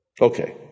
Okay